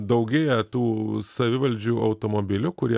daugėja tų savivaldžių automobilių kurie